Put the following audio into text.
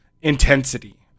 intensity